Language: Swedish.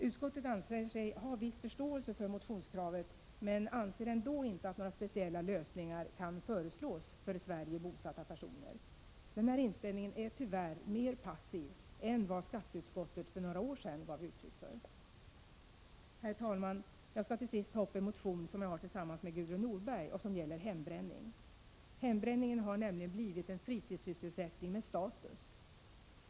Utskottet anser sig ha viss förståelse för motionskravet men anser ändå inte att några speciella lösningar kan föreslås för i Sverige bosatta personer. Denna inställning är tyvärr mer passiv än den inställning som skatteutskottet för några år sedan gav uttryck för. Herr talman! Jag skall till sist ta upp en motion som jag har avlämnat tillsammans med Gudrun Norberg och som gäller hembränning. Hembränningen har nämligen blivit en fritidssysselsättning med status.